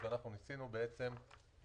לאפשר לו לקחת הלוואה.